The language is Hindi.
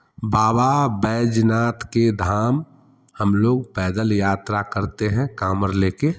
बाबा वैद्यनाथ के धाम हम लोग पैदल यात्रा करते हैं कावण ले कर